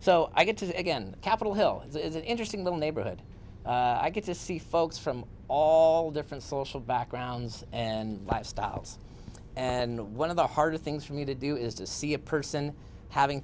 so i get to it again capitol hill it's an interesting little neighborhood i get to see folks from all different social backgrounds and lifestyles and one of the harder things for me to do is to see a person having